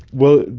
well,